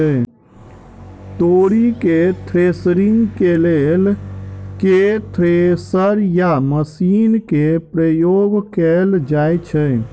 तोरी केँ थ्रेसरिंग केँ लेल केँ थ्रेसर या मशीन केँ प्रयोग कैल जाएँ छैय?